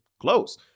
close